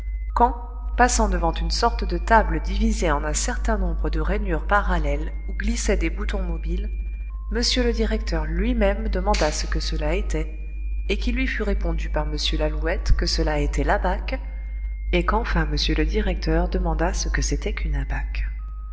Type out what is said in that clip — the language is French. quand passant devant une sorte de table divisée en un certain nombre de rainures parallèles où glissaient des boutons mobiles m le directeur lui-même demanda ce que cela était et qu'il lui fut répondu par m lalouette que cela était l'abaque et qu'enfin m le directeur demanda ce que c'était qu'une